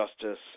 justice